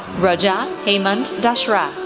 rajat hemant dashrath,